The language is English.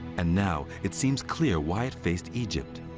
and now it seems clear why it faced egypt.